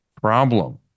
problem